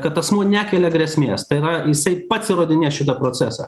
kad asmuo nekelia grėsmės tai yra jisai pats įrodinės šitą procesą